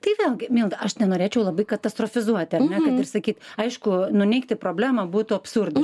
tai vėlgi milda aš nenorėčiau labai katastrofizuoti ar ne ir sakyt aišku nuneigti problemą būtų absurdas